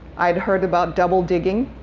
i'd heard about double digging.